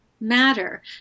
matter